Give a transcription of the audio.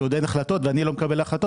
עוד אין החלטות ואני לא מקבל החלטות,